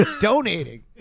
Donating